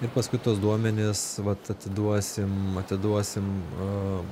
ir paskui tuos duomenis vat atiduosim atiduosim